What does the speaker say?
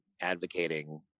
advocating